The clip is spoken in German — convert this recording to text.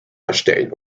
erstellen